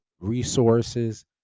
resources